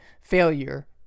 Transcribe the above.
failure